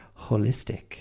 holistic